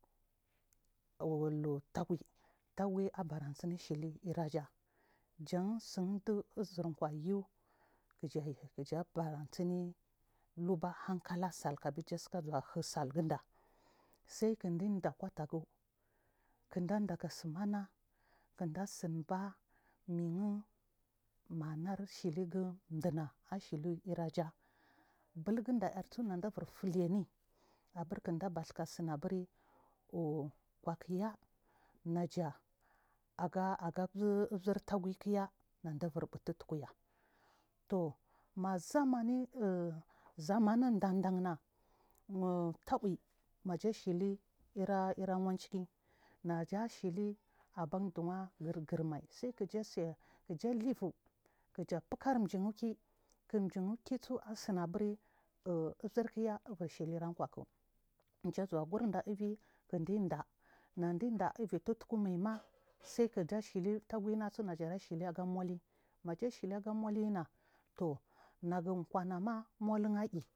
u lu u tagui, tagui abara nsini shili irrajah jansiudi uzur kwa yu’u kija baransini lu u ba hank ala sal kabi dija zuwa hir salgin da sai kidin da’a kutagu kundauda ga tsimana kiuda simba miyi man ar shiligu duna a ashihirajah ɓulgu nda arsu nabur filiine abur kinda basikan aburi kwa kuya naja aga iwu irritaguikiya nabur ɓuu tulku ya tuu ma zamani zamani dandan na taui naja shili irra wancikin naja shili abur duwa girirmai saikijasai kija luvuu kija fukar ɗu’ukii kijin kiisu asinburi izirkiya ibur shili ra kwaku kindazuwa gurda iui indin daah nablin daah iuii kumaima sai kinda shilitaugui su ashili gamoliyi naja shili gamohi ina nagu kwanama mulin ari.